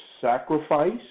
sacrifice